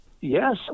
Yes